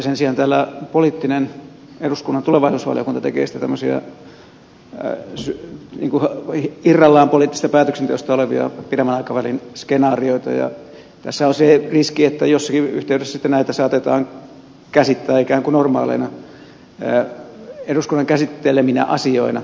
sen sijaan täällä poliittinen eduskunnan tulevaisuusvaliokunta tekee sitten tämmöisiä irrallaan poliittisesta päätöksenteosta olevia pidemmän aikavälin skenaarioita ja tässä on se riski että jossakin yhteydessä sitten nämä saatetaan käsittää ikään kuin normaaleiksi eduskunnan käsittelemiksi asioiksi